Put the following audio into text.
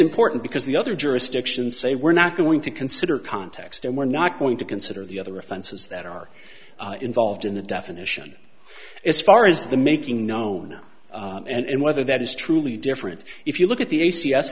important because the other jurisdictions say we're not going to consider context and we're not going to consider the other offenses that are involved in the definition as far as the making known and whether that is truly different if you look at the a